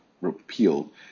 repealed